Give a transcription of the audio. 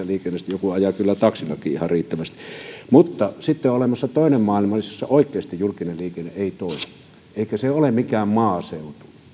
joku ajaa kyllä taksillakin ihan riittävästi mutta sitten on olemassa toinen maailma jossa oikeasti julkinen liikenne ei toimi eikä se ole mikään maaseutu